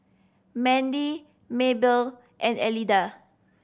Mandy Maybelle and Elida